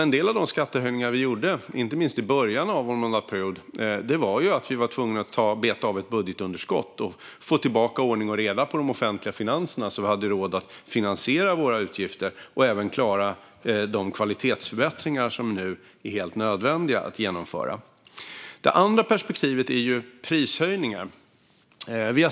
En del av de skattehöjningar vi gjorde, inte minst i början av vår regeringstid, berodde på att vi var tvungna att beta av ett budgetunderskott och få tillbaka ordning och reda i de offentliga finanserna för att ha råd att finansiera våra utgifter och klara de kvalitetsförbättringar som är helt nödvändiga att genomföra. Det andra perspektivet är prishöjningar.